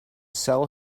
sell